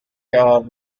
are